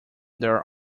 their